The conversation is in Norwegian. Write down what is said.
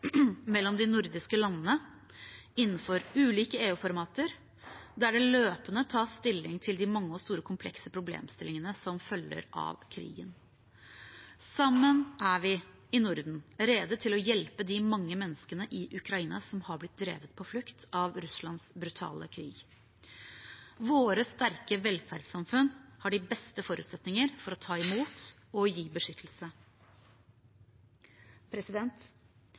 mellom de nordiske landene innenfor ulike EU-formater, der det løpende tas stilling til de mange store og komplekse problemstillingene som følger av krigen. Sammen er vi i Norden rede til å hjelpe de mange menneskene i Ukraina som er blitt drevet på flukt av Russlands brutale krig. Våre sterke velferdssamfunn har de beste forutsetninger for å ta imot og gi dem beskyttelse.